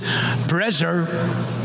pressure